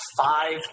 five